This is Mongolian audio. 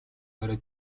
орой